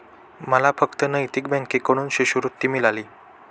मला फक्त नैतिक बँकेकडून शिष्यवृत्ती मिळाली